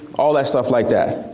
all that stuff like that.